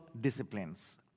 disciplines